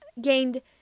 gained